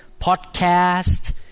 podcast